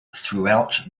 throughout